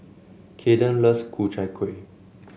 Kayden loves Ku Chai Kueh